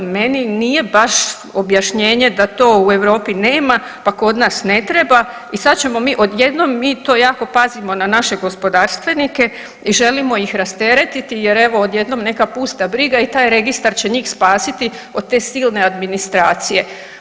I meni nije baš objašnjenje da to u Europi nema pa kod nas ne treba i sad ćemo mi odjednom, mi to jako pazimo na naše gospodarstvenike i želimo ih rasteretiti jel evo odjednom neka pusta briga i taj registar će njih spasiti od te silne administracije.